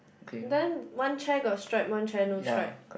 then one chair got stripe one chair no stripe